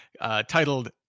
titled